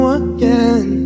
again